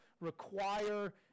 require